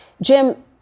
Jim